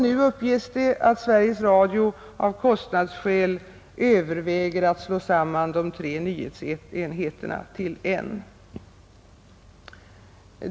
Nu uppges det att Sveriges Radio — av kostnadsskäl — överväger att slå samman de tre nyhetsenheterna till en.